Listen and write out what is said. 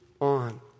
on